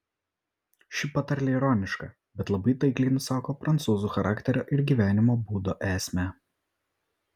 ši patarlė ironiška bet labai taikliai nusako prancūzų charakterio ir gyvenimo būdo esmę